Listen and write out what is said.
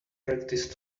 practice